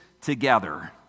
together